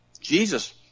Jesus